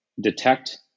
detect